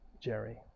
Jerry